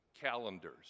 calendars